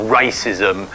racism